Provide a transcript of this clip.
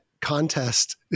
contest